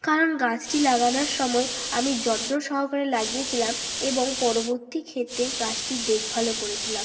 কারণ গাছটি লাগানোর সময় আমি যত্ন সহকারে লাগিয়েছিলাম এবং পরবর্তী ক্ষেত্রে গাছটির দেখভালও করেছিলাম